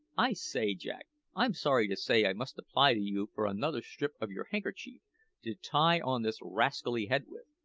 i say, jack, i'm sorry to say i must apply to you for another strip of your handkerchief to tie on this rascally head with.